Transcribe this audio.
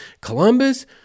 Columbus